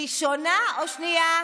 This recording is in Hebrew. ראשונה או שנייה?